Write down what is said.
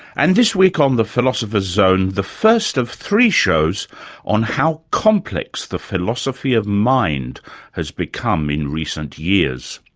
and this week on um the philosopher's zone the first of three shows on how complex the philosophy of mind has become in recent years.